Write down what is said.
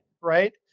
right